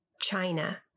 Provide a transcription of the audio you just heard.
China